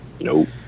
Nope